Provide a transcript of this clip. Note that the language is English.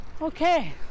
Okay